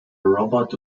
robert